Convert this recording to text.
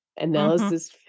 analysis